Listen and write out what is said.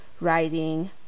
writing